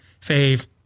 fave